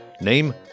Name